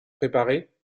préparé